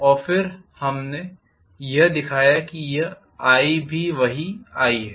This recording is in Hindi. और हमने यह दिखाया कि यह i भी वही i है